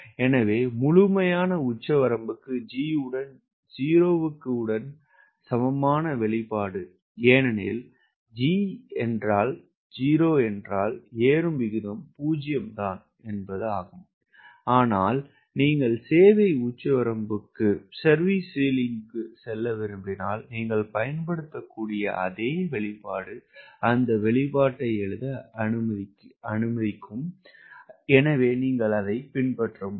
எனவே முழுமையான உச்சவரம்புக்கு G உடன் 0 உடன் சமமான வெளிப்பாடு ஏனெனில் G 0 என்றால் ஏறும் விகிதம் 0 ஆகும் ஆனால் நீங்கள் சேவை உச்சவரம்புக்கு செல்ல விரும்பினால் நீங்கள் பயன்படுத்தக்கூடிய அதே வெளிப்பாடு அந்த வெளிப்பாட்டை எழுத அனுமதிக்கிறேன் எனவே நீங்கள் அதைப் பின்பற்ற முடியும்